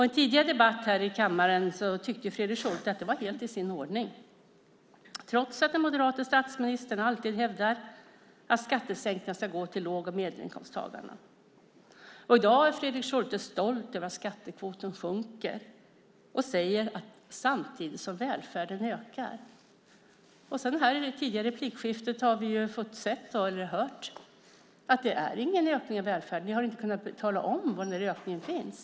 I en tidigare debatt här i kammaren tyckte Fredrik Schulte att det var helt i sin ordning, trots att den moderate statsministern alltid hävdar att skattesänkningar ska gå till låg och medelinkomsttagarna. Och i dag är Fredrik Schulte stolt över att skattekvoten sjunker och säger att välfärden samtidigt ökar. Men tidigare i replikskiftet har vi ju hört att det inte är någon ökning av välfärden. Ni har inte kunnat tala om var ökningen finns.